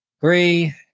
Three